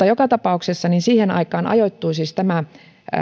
joka tapauksessa siihen aikaan ajoittui siis tämä